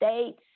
states